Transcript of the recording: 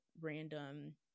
random